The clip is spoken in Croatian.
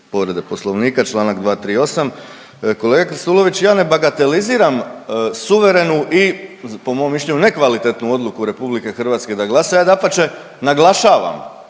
povrede Poslovnika, čl. 238. Kolega Krstulović ja ne bagateliziran suverenu i po mom mišljenju nekvalitetnu odluku RH da glasa, ja dapače naglašavam,